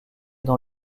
dans